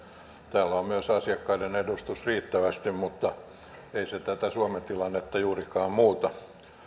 täällä on myös asiakkaiden edustusta riittävästi mutta ei se tätä suomen tilannetta juurikaan muuta